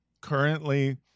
currently